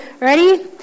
ready